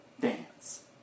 dance